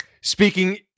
speaking